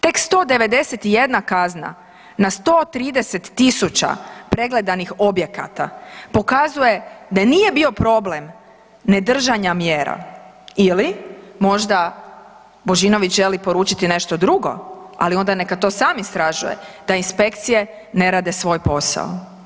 Tek 191 kazna na 130 tisuća pregledanih objekata pokazuju da nije bio problem nedržanja mjera ili možda Božinović želi poručiti nešto drugo, ali onda neka to sam istražuje, da inspekcije ne rade svoj posao.